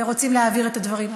ורוצים להבהיר את הדברים,